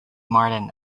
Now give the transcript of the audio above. martin